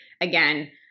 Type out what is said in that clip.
again